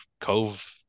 Cove